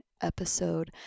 episode